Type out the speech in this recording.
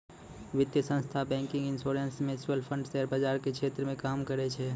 वित्तीय संस्थान banking insurance mutual fund share बाजार के क्षेत्र मे काम करै छै